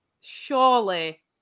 surely